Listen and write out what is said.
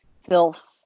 filth